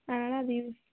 அதனால் அது